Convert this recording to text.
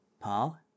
Paul